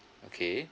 okay